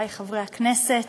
חברי חברי הכנסת,